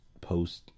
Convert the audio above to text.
post